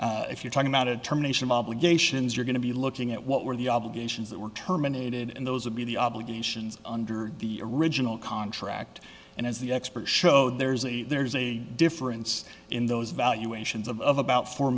if you're talking about a term nation obligations you're going to be looking at what were the obligations that were terminated and those would be the obligations under the original contract and as the expert showed there's a there's a difference in those valuations of about four